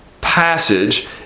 passage